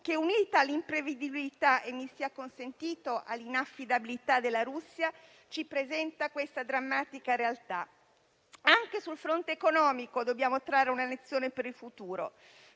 che, unita all'imprevedibilità - e, mi sia consentito, all'inaffidabilità - della Russia ci presenta questa drammatica realtà. Anche sul fronte economico dobbiamo trarre una lezione per il futuro.